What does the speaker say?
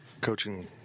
coaching